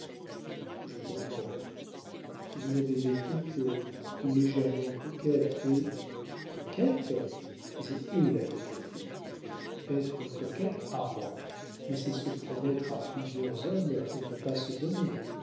je comprends vous n'avez été que légèrement coquette et coquette je hais la coquetterie être coquette armand mais c'est se promettre à plusieurs hommes et ne pas se donner